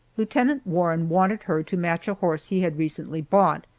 lieutenant warren wanted her to match a horse he had recently bought.